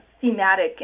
thematic